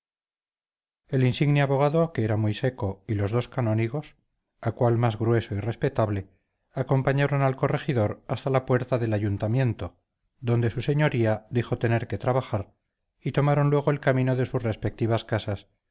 el insigne abogado que era muy seco y los dos canónigos a cual más grueso y respetable acompañaron al corregidor hasta la puerta del ayuntamiento donde su señoría dijo tener que trabajar y tomaron luego el camino de sus respectivas casas